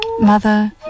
Mother